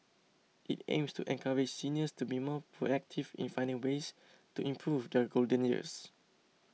it aims to encourage seniors to be more proactive in finding ways to improve their golden years